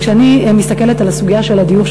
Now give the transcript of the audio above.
אבל כשאני מסתכלת על הסוגיה של הדיור,